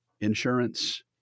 insurance